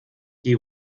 die